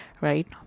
right